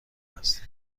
است